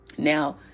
Now